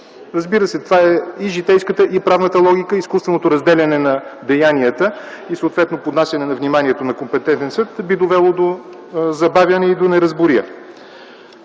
Разбира се, това е и житейската, и правната логика, изкуственото разделяне на деянията и съответно поднасяне на вниманието на компетентен съд би довело до забавяне и до неразбория.